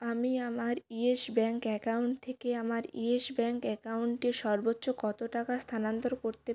আমি আমার Yes Bank account থেকে আমার ইয়েস ব্যাঙ্ক অ্যাকাউন্টে সর্বোচ্চ কত টাকা স্থানান্তর করতে